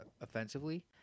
offensively